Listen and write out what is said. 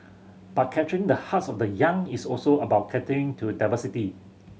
but capturing the hearts of the young is also about catering to diversity